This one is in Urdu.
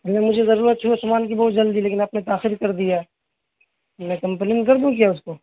نہیں مجھے ضرورت تھی اس سامان کی بہت جلدی لیکن آپ نے تاخیر کر دی ہے میں کمپلین کر دوں کیا اس کو